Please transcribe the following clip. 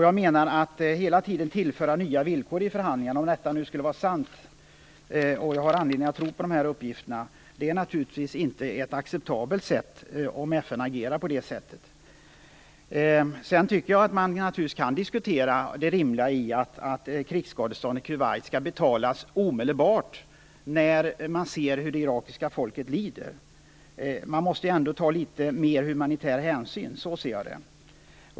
Jag menar att detta att hela tiden tillföra nya villkor i förhandlingarna - om det nu skulle vara sant och jag har anledning att tro på uppgifterna - naturligtvis inte är ett acceptabelt sätt för FN att agera på. Jag tycker att man naturligtvis kan diskutera det rimliga i att krigsskadeståndet till Kuwait skall betalas omedelbart när man ser hur det irakiska folket lider. Man måste ändå ta litet större humanitär hänsyn. Så ser jag det.